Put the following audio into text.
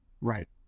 right